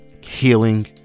healing